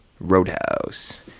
Roadhouse